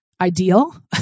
ideal